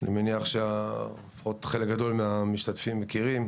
אני מניח שחלק גדול מהמשתתפים פה מכירים